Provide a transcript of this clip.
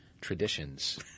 traditions